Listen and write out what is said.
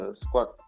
squad